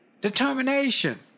determination